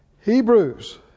Hebrews